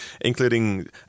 including